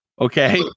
Okay